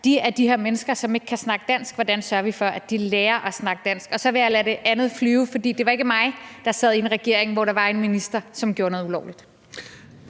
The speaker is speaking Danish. at de her mennesker, som ikke kan snakke dansk, lærer at snakke dansk. Så vil jeg lade det andet flyve, for det var ikke mig, der sad i en regering, hvor der var en minister, som gjorde noget ulovligt.